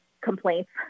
complaints